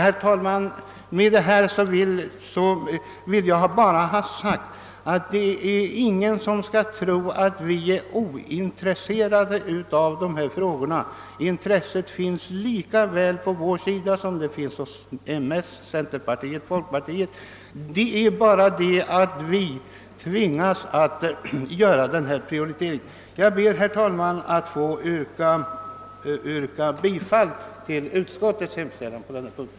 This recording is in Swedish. Herr talman! Jag vill bara ha sagt att ingen skall tro att vi är ointresserade av de här frågorna — intresset finns lika väl inom vårt parti som inom moderata samlingspartiet, centerpartiet och folkpartiet. Vi är emellertid tvingade att göra en prioritering. Herr talman! Jag ber att få yrka bifall till utskottets hemställan på denna punkt.